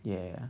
ya